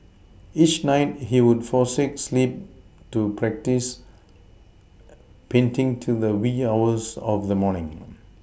each night he would forsake sleep to practise painting to the wee hours of the morning